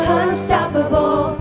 unstoppable